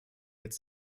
jetzt